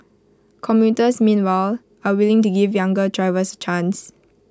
commuters meanwhile are willing to give younger drivers chance